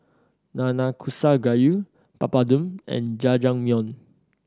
Nanakusa Gayu Papadum and Jajangmyeon